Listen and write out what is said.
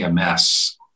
EMS